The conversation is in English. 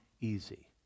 easy